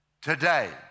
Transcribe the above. today